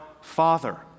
father